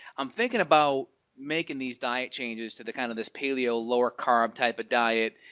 i'm thinking about making these diet changes to the kind of this paleo-lower-carb-type of diet,